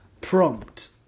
prompt